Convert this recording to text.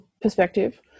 perspective